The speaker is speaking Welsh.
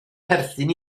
perthyn